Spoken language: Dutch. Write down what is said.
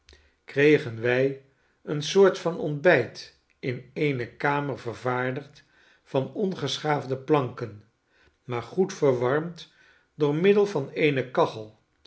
kregen wij een soort van ontbijt in eene kamer vervaardigd van ongeschaafde planken maar goed verwarmd door middel van eene kachel